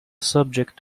subject